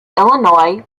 illinois